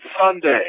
Sunday